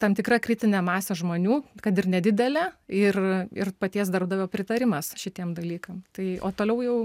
tam tikra kritinė masė žmonių kad ir nedidelė ir ir paties darbdavio pritarimas šitiem dalykam tai o toliau jau